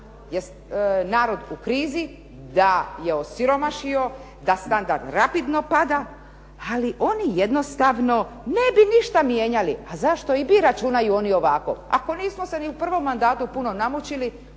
je narod u krizi, da je osiromašio, da standard rapidno pada ali oni jednostavno ne bi ništa mijenjali. A zašto i bi računaju oni ovako. Ako nismo se ni u prvom mandatu prvo namučili